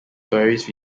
tourist